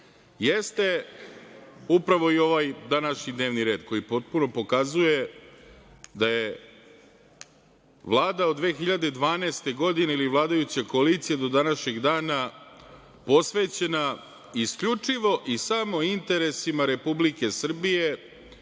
jeste upravo i ovaj današnji dnevni red koji potpuno pokazuje da je Vlada od 2012. godine ili vladajuća koalicija do današnjeg dana posvećena isključivo i samo interesima Republike Srbije